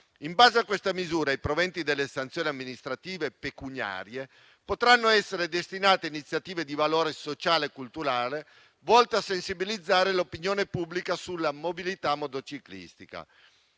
In base a questa misura, i proventi delle sanzioni amministrative e pecuniarie potranno essere destinati a iniziative di valore sociale e culturale volte a sensibilizzare l'opinione pubblica sulla mobilità motociclistica.